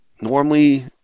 normally